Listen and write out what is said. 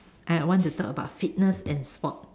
I I want to talk about fitness and sport